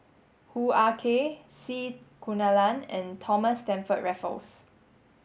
Hoo Ah Kay C Kunalan and Thomas Stamford Raffles